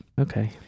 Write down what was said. okay